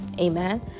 Amen